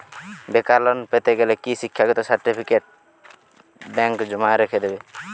বেকার লোন পেতে গেলে কি শিক্ষাগত সার্টিফিকেট ব্যাঙ্ক জমা রেখে দেবে?